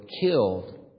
killed